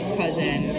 cousin